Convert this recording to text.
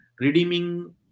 redeeming